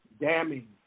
damning